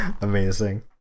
amazing